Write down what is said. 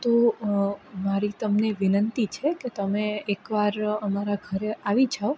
તો મારી તમને વિનંતી છે કે તમે એકવાર અમારા ઘરે આવી જાઓ